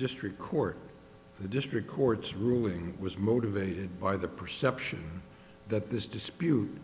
district court the district court's ruling was motivated by the perception that this dispute